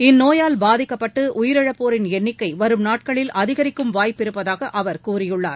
இந்நோயால் பாதிக்கப்பட்டு உயிரிழப்போரின் எண்ணிக்கை வரும் நாட்களில் அதிகரிக்கும் வாய்ப்பிருப்பதாக அவர் கூறியுள்ளார்